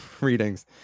readings